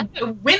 Women